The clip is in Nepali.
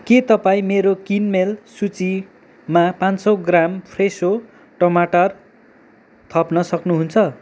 के तपाईँ मेरो किनमेल सूचीमा पाँच सौ ग्राम फ्रेसो टमाटर थप्न सक्नुहुन्छ